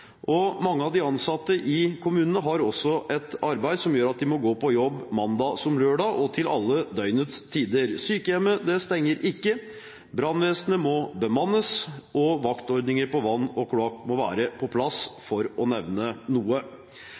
og mange av de ansatte i kommunene har et arbeid som gjør at de må gå på jobb mandag som lørdag og til alle døgnets tider. Sykehjemmet stenger ikke, brannvesenet må bemannes og vaktordninger på vann og kloakk må være på plass, for å nevne noe.